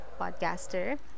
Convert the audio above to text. podcaster